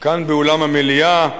כאן באולם המליאה,